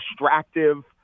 distractive